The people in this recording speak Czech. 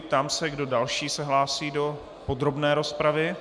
Ptám se, kdo další se hlásí do podrobné rozpravy.